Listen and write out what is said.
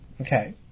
Okay